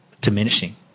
diminishing